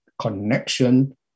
connection